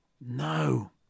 No